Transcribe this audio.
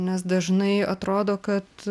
nes dažnai atrodo kad